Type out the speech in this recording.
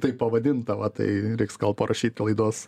taip pavadinta va tai reiks gal parašyti laidos